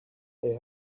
they